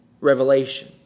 revelation